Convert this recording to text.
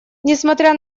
несмотря